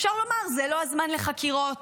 אפשר לומר: זה לא הזמן לחקירות.